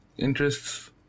Interests